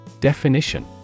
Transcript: Definition